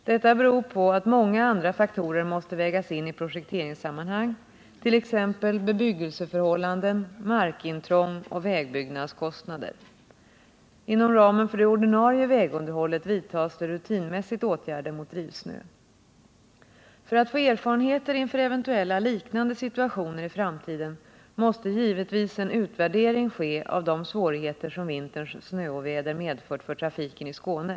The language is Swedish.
Detta beror på att många andra faktorer måste vägas in i projekteringssammanhang,t.ex. bebyggelseförhållanden, markintrång och vägbyggnadskostnader. Inom ramen för det ordinarie vägunderhållet vidtas det rutinmässigt åtgärder mot drivsnö. För att få erfarenheter inför eventuella liknande situationer i framtiden måste givetvis en utvärdering ske av de svårigheter som vinterns snöoväder medfört för trafiken i Skåne.